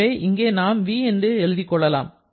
எனவே இங்கே நாம் v என்று எழுதிக் கொள்ளலாம்